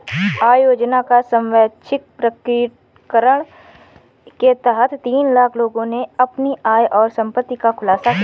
आय योजना का स्वैच्छिक प्रकटीकरण के तहत तीन लाख लोगों ने अपनी आय और संपत्ति का खुलासा किया